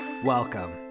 Welcome